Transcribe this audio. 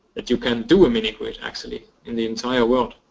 that you can do a mini-grid, actually, in the entire world.